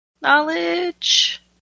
knowledge